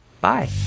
bye